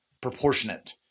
proportionate